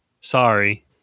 Sorry